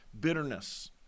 Bitterness